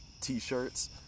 t-shirts